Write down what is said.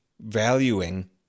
valuing